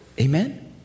Amen